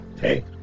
hey